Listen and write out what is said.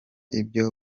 ibyo